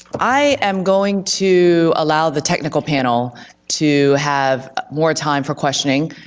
i am going to allow the technical panel to have more time for questioning.